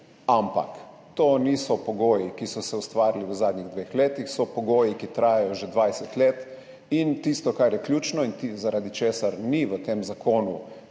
ampak to niso pogoji, ki so se ustvarili v zadnjih dveh letih, so pogoji, ki trajajo že 20 let. Tisto, kar je ključno in zaradi česar ni v tem zakonu